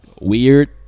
weird